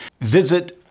Visit